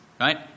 Right